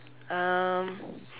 um